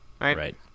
right